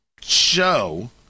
show